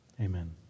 Amen